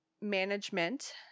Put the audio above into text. management